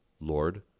Lord